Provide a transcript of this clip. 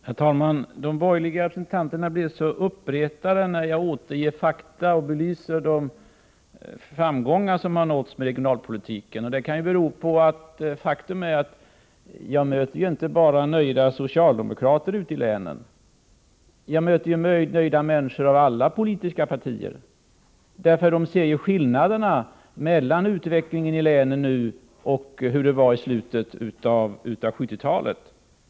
Herr talman! De borgerliga representanterna blev uppretade när jag återgav fakta och belyste de framgångar som nåtts med regionalpolitiken. Det kan bero på att jag inte bara möter nöjda socialdemokrater ute i länen. Jag möter ju nöjda människor från alla politiska partier. Människorna ser ju skillnaden mellan utvecklingen i länen nu och utvecklingen i slutet av 1970-talet.